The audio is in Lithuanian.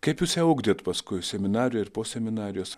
kaip jūs ją ugdėt paskui seminarijoj ir po seminarijos